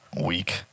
week